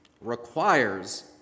requires